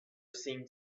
seemed